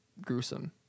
gruesome